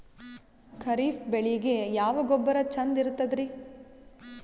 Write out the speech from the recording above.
ಖರೀಪ್ ಬೇಳಿಗೆ ಯಾವ ಗೊಬ್ಬರ ಚಂದ್ ಇರತದ್ರಿ?